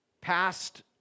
Past